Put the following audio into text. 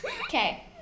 okay